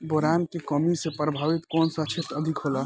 Boron के कमी से प्रभावित कौन सा क्षेत्र अधिक होला?